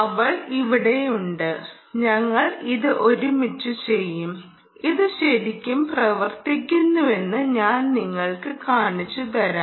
അവൾ ഇവിടെയുണ്ട് ഞങ്ങൾ ഇത് ഒരുമിച്ച് ചെയ്യും ഇത് ശരിക്കും പ്രവർത്തിക്കുന്നുവെന്ന് ഞാൻ നിങ്ങൾക്ക് കാണിച്ചു തരാം